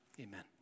amen